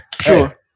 sure